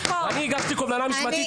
הגשתי קובלנה משמעתית.